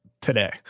today